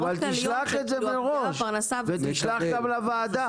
אבל תשלח את זה בראש ותשלח גם לוועדה.